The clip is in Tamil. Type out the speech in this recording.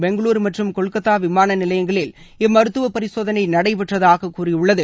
பெங்களூரு மற்றும் கொல்கத்தா விமான நிலையங்களில் இம்மருத்துவ பரிசோதனை நடைபெற்றதாக கூறியுள்ளது